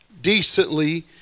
decently